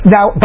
Now